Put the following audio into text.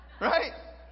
Right